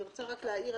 אני רוצה רק להעיר,